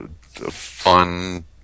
Fun